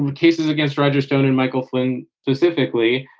and cases against roger stone and michael flynn specifically.